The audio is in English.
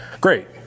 great